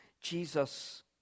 Jesus